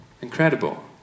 Incredible